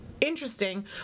Interesting